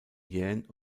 jähn